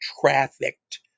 trafficked